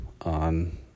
on